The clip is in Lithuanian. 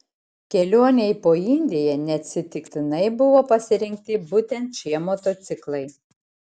kelionei po indiją neatsitiktinai buvo pasirinkti būtent šie motociklai